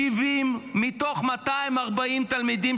אדוני היושב-ראש: 70 מתוך 240 תלמידים